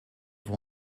have